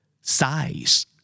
Size